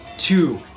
Two